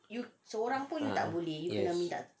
ah yes